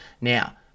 Now